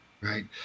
right